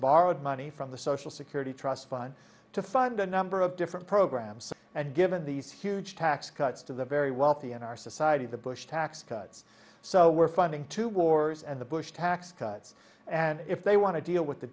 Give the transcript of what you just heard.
borrowed money from the social security trust fund to fund a number of different programs and given these huge tax cuts to the very wealthy in our society the bush tax cuts so we're funding two wars and the bush tax cuts and if they want to deal with the